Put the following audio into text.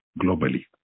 globally